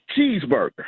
cheeseburger